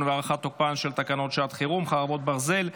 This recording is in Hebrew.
ולהארכת תוקפן של תקנות שעת חירום (חרבות ברזל)